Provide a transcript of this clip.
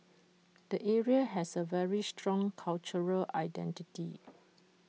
the area has A very strong cultural identity